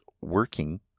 working